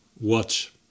watch